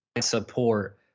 support